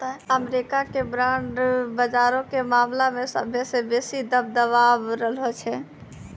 America के bond बजारो के मामला मे सभ्भे से बेसी दबदबा रहलो छै